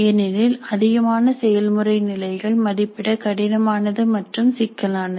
ஏனெனில் அதிகமான செயல்முறை நிலைகள் மதிப்பிட கடினமானது மற்றும் சிக்கலானது